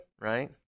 right